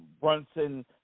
Brunson